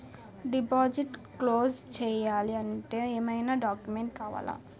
Deposit close చేయాలి అంటే ఏమైనా డాక్యుమెంట్స్ కావాలా?